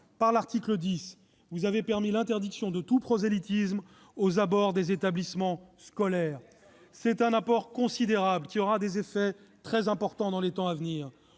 même loi, vous avez permis l'interdiction de tout prosélytisme aux abords des établissements scolaires. Merci ! C'est un apport considérable qui aura des effets très importants dans les temps à venir.